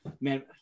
man